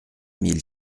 mille